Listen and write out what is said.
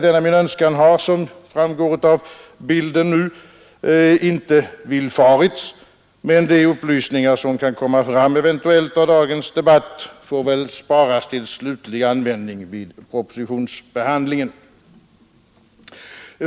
Denna min önskan har, som framgår av bilden, inte villfarits, men de upplysningar som eventuellt kan framkomma vid dagens debatt får väl sparas till slutlig användning vid propositionsbehandlingen.